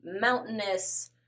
mountainous